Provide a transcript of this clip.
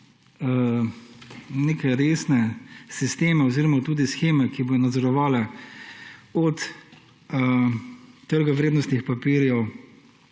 neke resne sisteme oziroma tudi sheme, ki bodo nadzorovale, od trga vrednostnih papirjev,